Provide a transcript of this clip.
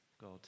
God